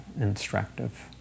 instructive